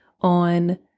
on